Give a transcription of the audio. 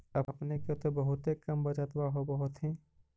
अपने के तो बहुते कम बचतबा होब होथिं?